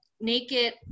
naked